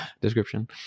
description